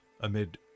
amid